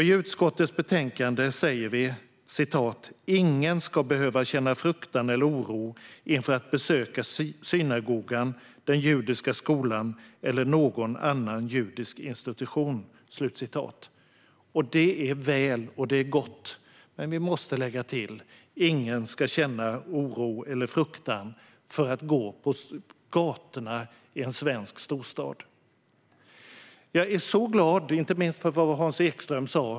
I utskottets betänkande säger vi: "Ingen ska behöva känna fruktan eller oro inför att besöka synagogan, den judiska skolan eller någon annan judisk institution". Det är väl, och det är gott. Men vi måste lägga till: Ingen ska känna oro eller fruktan för att gå på gatorna i en svensk storstad. Jag är så glad, inte minst för vad Hans Ekström sa.